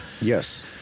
Yes